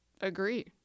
agree